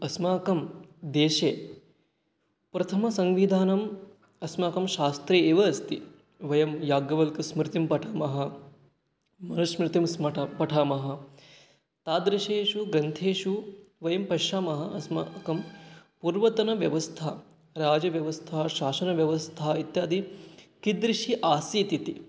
अस्माकं देशे प्रथमसंविधानम् अस्माकं शास्त्रे एव अस्ति वयं याज्ञवल्क्यस्मृतिं पठामः मनुस्मृतिं पठामः तादृशेषु ग्रन्थेषु वयं पश्यामः अस्माकं पूर्वतनव्यवस्था राजव्यवस्था शासनव्यवस्था इत्यादि कीदृशी आसीत् इति